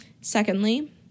Secondly